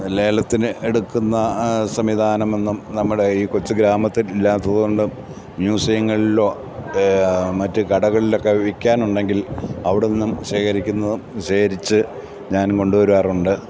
ലേലത്തിനെടുക്കുന്ന സംവിധാനമൊന്നും നമ്മുടെ ഈ കൊച്ചു ഗ്രാമത്തിൽ ഇല്ലാത്തതുകൊണ്ടും മ്യൂസിയങ്ങളിലോ മറ്റ് കടകളിലൊ ഒക്കെ വില്ക്കാനുണ്ടെങ്കിൽ അവിടെനിന്നും ശേഖരിച്ച് ഞാൻ കൊണ്ടുവരാറുണ്ട്